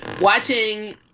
watching